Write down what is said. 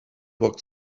walked